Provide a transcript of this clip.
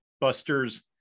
busters